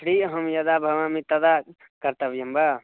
free अहं यदा भवामि तदा कर्तव्यं वा